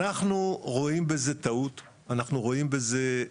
אנחנו רואים בזה טעות, רואים בזה,